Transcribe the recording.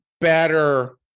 better